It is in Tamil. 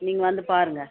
நீங்கள் வந்து பாருங்க